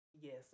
yes